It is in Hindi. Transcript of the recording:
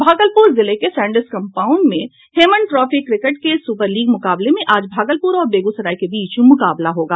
भागलपुर जिले के सैंडिस कंपाउंड में हेमन ट्रॉफी क्रिकेट के सुपर लीग मुकाबले में आज भागलपुर और बेगूसराय के बीच मुकाबला होगा